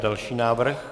Další návrh.